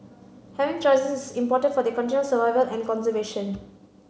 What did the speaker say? having choices is important for their continual survival and conservation